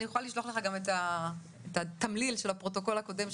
אני יכולה לשלוח לך גם את התמליל של הפרוטוקול הקודם,